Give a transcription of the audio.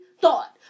thought